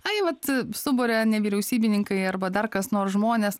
ai vat suburia nevyriausybininkai arba dar kas nors žmonės